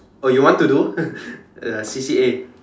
oh you want to do C_C_A